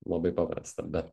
labai paprasta bet